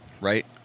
right